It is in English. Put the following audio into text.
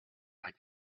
like